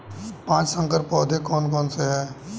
पाँच संकर पौधे कौन से हैं?